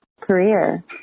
career